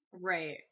Right